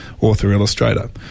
author-illustrator